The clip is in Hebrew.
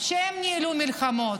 כשהם ניהלו מלחמות,